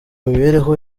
mibereho